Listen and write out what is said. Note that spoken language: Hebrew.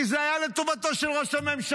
כי זה היה לטובתו של ראש הממשלה.